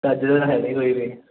ਚੱਜ ਦਾ ਤਾਂ ਹੈ ਨਹੀਂ ਕੋਈ ਵੀ